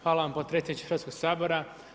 Hvala vam potpredsjedniče Hrvatskog sabora.